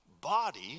Body